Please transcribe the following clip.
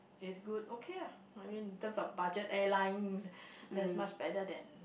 is good okay ah I mean in terms of budget airlines that is much better than